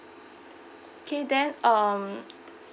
okay then um